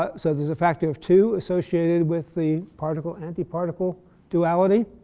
ah so there's a factor of two associated with the particle anti-particle duality.